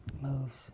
moves